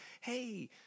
Hey